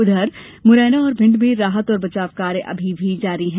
उधर मुरैना और भिंड में राहत और बचाव कार्य अभी भी जारी है